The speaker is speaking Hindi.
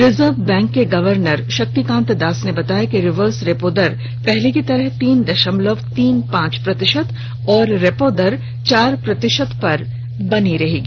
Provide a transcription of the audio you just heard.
रिजर्व बैंक के गवर्नर शक्तिकांत दास ने बताया कि रिवर्स रेपो दर पहले की तरह तीन दशमलव तीन पांच प्रतिशत और रेपो दर चार प्रतिशत पर बरकरार रहेगी